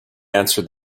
answer